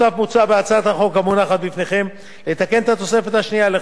מוצע בהצעת החוק המונחת בפניכם לתקן את התוספת השנייה לחוק